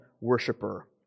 worshiper